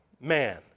man